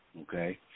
okay